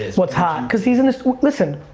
what's hot. cause he's in the listen,